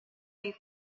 these